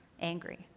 angry